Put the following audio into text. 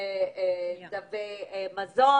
תווי מזון?